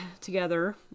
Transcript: together